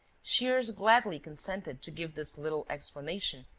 shears gladly consented to give this little explanation,